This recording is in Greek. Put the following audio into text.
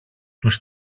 τους